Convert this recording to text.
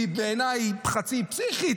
היא בעיניי חצי פסיכית,